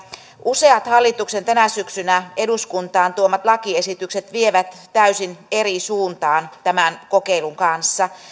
useat hallituksen tänä syksynä eduskuntaan tuomat lakiesitykset vievät täysin eri suuntaan tämän kokeilun kanssa